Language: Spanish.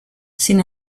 sin